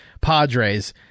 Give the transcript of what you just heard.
Padres